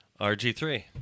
RG3